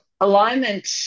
alignment